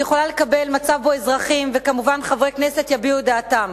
אני יכולה לקבל מצב שבו אזרחים וכמובן חברי כנסת יביעו את דעתם.